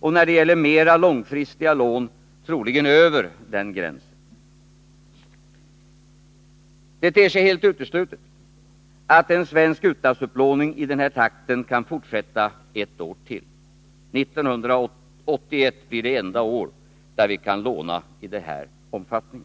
och, när det gäller mera långfristiga lån, troligen över denna gräns. Det ter sig helt uteslutet att en svensk utlandsupplåning i den här takten kan fortsätta i ett år till. 1981 blir det enda år då vi kan låna i denna omfattning.